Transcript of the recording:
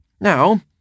Now